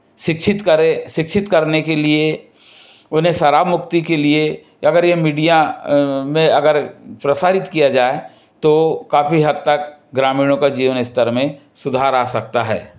शिक्षित करे शिक्षित करने के लिए उन्हें शराब मुक्ति के लिए अगर ये मीडिया में अगर प्रसारित किया जाए तो काफ़ी हद तक ग्रामीणों का जीवन स्तर में सुधार आ सकता है